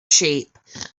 sheep